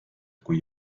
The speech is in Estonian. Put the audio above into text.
kui